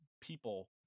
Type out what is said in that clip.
people